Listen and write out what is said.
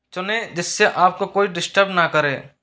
चुनें जिससे आपको कोई डिष्टर्ब ना करे